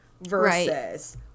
versus